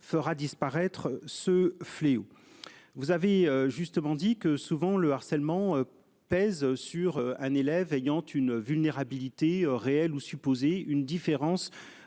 fera disparaître ce fléau. Vous avez justement dit que souvent le harcèlement pèse sur un élève ayant une vulnérabilité réelle ou supposée une différence